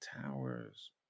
towers